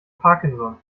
parkinson